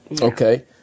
Okay